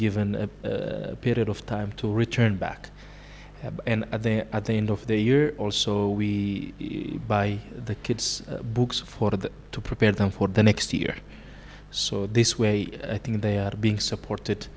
given a period of time to return back and there at the end of the year also we buy the kids books for them to prepare them for the next year so this way i think they are being supported